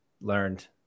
learned